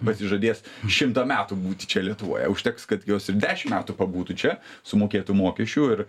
pasižadės šimtą metų būti čia lietuvoje užteks kad jos ir dešim metų pabūtų čia sumokėtų mokesčių ir